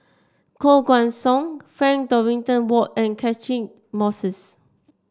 Koh Guan Song Frank Dorrington Ward and Catchick Moses